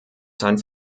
sein